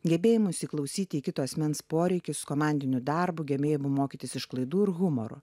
gebėjimu įsiklausyti į kito asmens poreikius komandiniu darbu gebėjimu mokytis iš klaidų ir humoro